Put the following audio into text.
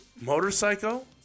Motorcycle